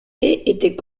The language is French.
était